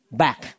back